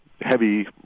heavy